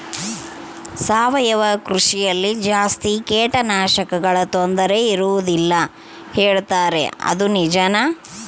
ಸಾವಯವ ಕೃಷಿಯಲ್ಲಿ ಜಾಸ್ತಿ ಕೇಟನಾಶಕಗಳ ತೊಂದರೆ ಇರುವದಿಲ್ಲ ಹೇಳುತ್ತಾರೆ ಅದು ನಿಜಾನಾ?